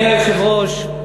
אדוני היושב-ראש,